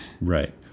Right